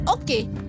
okay